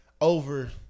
over